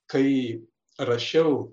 kai rašiau